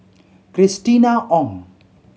Christina Ong